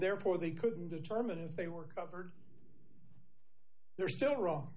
therefore they couldn't determine if they were covered they're still wrong